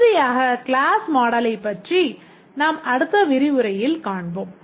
இறுதியாக கிளாஸ் மாடலைப் பற்றி நாம் அடுத்த விரிவுரையில் காண்போம்